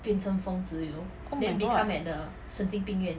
oh my god